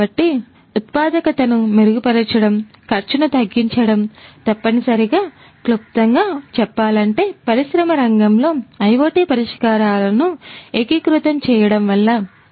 కాబట్టి ఉత్పాదకతను మెరుగుపరచడం ఖర్చును తగ్గించడం తప్పనిసరిగా క్లుప్తంగా చెప్పాలంటే పరిశ్రమ రంగంలో IoT పరిష్కారాలను ఏకీకృతం చేయడం వల్ల కలిగే ప్రయోజనాలు